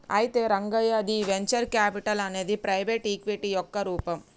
అయితే రంగయ్య ది venture capital అనేది ప్రైవేటు ఈక్విటీ యొక్క రూపం